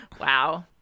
wow